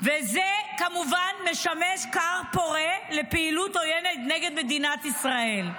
וזה כמובן משמש כר פורה לפעילות עוינת נגד מדינת ישראל.